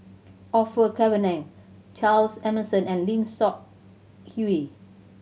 Orfeur Cavenagh Charles Emmerson and Lim Seok Hui